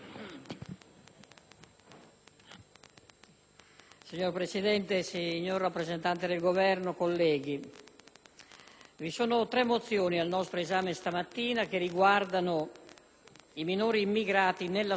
Signor Presidente, signor rappresentante del Governo, colleghi, vi sono tre mozioni, al nostro esame stamattina, che riguardano i minori immigrati nella scuola del nostro Paese.